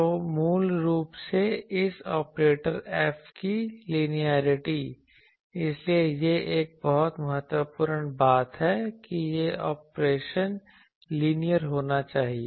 तो मूल रूप से इस ऑपरेटर F की लिनियेरिटी इसलिए यह एक बहुत महत्वपूर्ण बात है कि यह ऑपरेशन लीनियर होना चाहिए